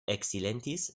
eksilentis